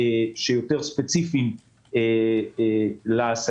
שיותר ספציפיים לעסקים.